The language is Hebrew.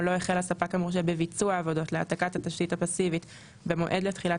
או לא החל הספק המורשה בביצוע העבודות להעתקת התשתית הפסיבית במועד לתחילת